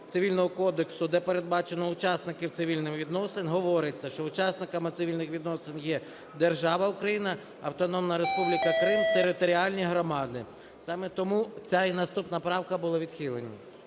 Цивільного кодексу, де передбачено учасників цивільних відносин, говориться, що учасниками цивільних відносин є держава Україна, Автономна Республіка Крим, територіальні громади. Саме тому ця і наступні правки були відхилені.